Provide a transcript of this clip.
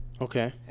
Okay